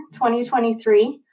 2023